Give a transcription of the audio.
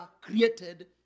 created